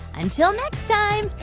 until next time,